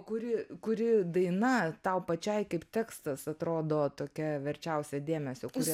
kuri kuri daina tau pačiai kaip tekstas atrodo tokia verčiausia dėmesio kuri